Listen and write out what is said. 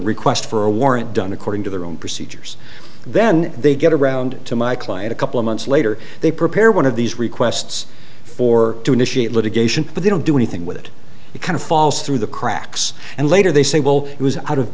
request for a warrant done according to their own procedures then they get around to my client a couple of months later they prepare one of these requests for to initiate litigation but they don't do anything with it the kind of falls through the cracks and later they say well it was out of